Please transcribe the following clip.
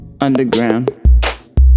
underground